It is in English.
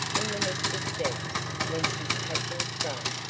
in the mystic depths whence his passion sprang,